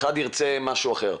אחד ירצה משהו אחר.